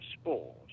spores